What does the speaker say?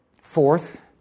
Fourth